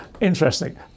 Interesting